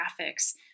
graphics